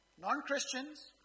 non-Christians